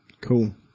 Cool